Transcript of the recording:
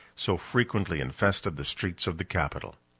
so frequently infested the streets of the capital.